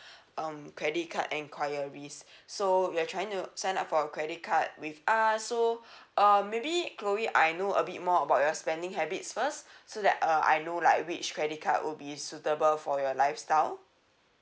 um credit card enquiries so you're trying to sign up for a credit card with us so uh maybe chloe I know a bit more about your spending habits first so that uh I know like which credit card will be suitable for your lifestyle